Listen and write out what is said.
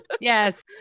yes